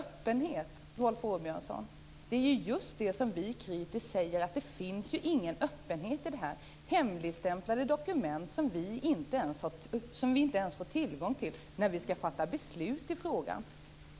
Det vi just kritiserar är att det inte finns någon öppenhet i det här utan hemligstämplade dokument som vi inte ens får tillgång till när vi skall fatta beslut i frågan.